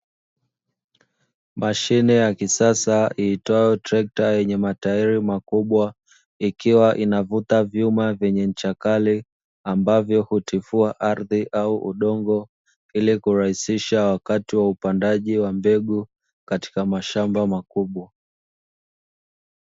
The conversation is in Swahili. Mashine ya kisasa iitwayo trekta yenye matairi makubwa, ikiwa inavuta vyuma vyenye ncha kali ambavyo hutifua ardhi au udongo, ili kurahisisha wakati wa upandaji wa mbegu katika mashamba makubwa.